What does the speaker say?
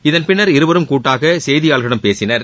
இதன் பின்னர் இருவரும் கூட்டாக செய்தியாளர்களிடம் பேசினர்